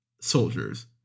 soldiers